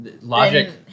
Logic